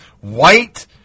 white